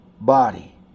body